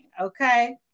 okay